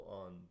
on